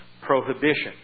prohibition